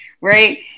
right